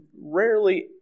rarely